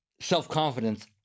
self-confidence